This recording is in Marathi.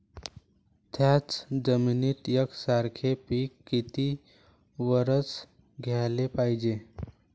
थ्याच जमिनीत यकसारखे पिकं किती वरसं घ्याले पायजे?